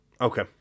Okay